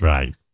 Right